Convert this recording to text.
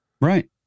Right